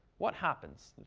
what happens?